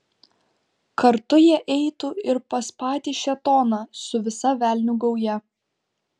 kartu jie eitų ir pas patį šėtoną su visa velnių gauja